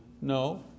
No